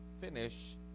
finish